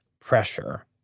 pressure